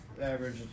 average